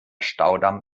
staudamm